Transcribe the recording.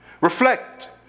Reflect